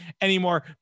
anymore